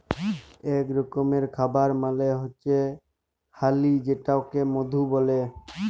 ইক রকমের খাবার মালে হচ্যে হালি যেটাকে মধু ব্যলে